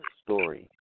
story